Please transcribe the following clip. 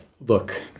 look